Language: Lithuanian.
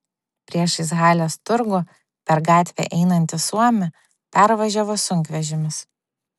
priešais halės turgų per gatvę einantį suomį pervažiavo sunkvežimis